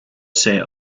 set